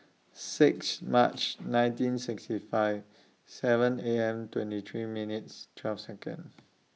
six March nineteen sixty five seven A M twenty three minutes twelve Second